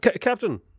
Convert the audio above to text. Captain